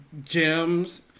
gems